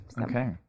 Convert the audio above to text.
Okay